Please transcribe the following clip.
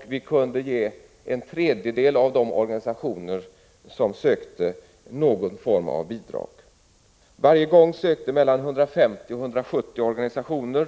Av de organisationer som sökte kunde vi ge en tredjedel någon form av bidrag. Varje gång sökte 150-170 organisationer.